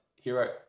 Hero